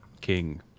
King